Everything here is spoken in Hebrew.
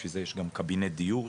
בשביל זה יש גם קבינט דיור,